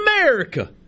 America